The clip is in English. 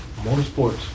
Motorsports